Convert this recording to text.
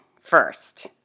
first